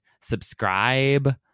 subscribe